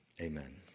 Amen